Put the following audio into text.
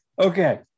Okay